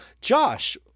Josh